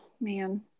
man